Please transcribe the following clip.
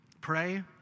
Pray